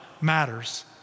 matters